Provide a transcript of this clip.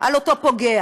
על אותו פוגע.